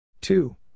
Two